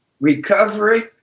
recovery